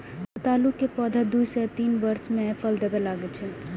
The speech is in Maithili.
सतालू के पौधा दू सं तीन वर्ष मे फल देबय लागै छै